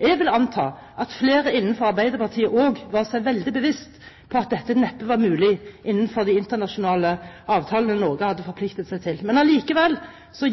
Jeg vil anta at flere innenfor Arbeiderpartiet også var seg veldig bevisst på at dette neppe var mulig innenfor de internasjonale avtalene Norge hadde forpliktet seg til. Men allikevel